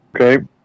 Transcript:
Okay